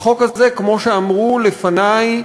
החוק הזה, כמו שאמרו לפני,